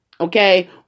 Okay